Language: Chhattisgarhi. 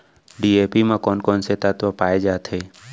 डी.ए.पी म कोन कोन से तत्व पाए जाथे?